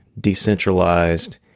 decentralized